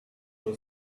will